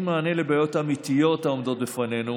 מענה על הבעיות האמיתיות העומדות בפנינו